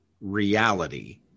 reality